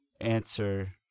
answer